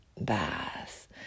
bath